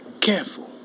careful